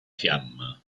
fiamma